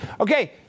Okay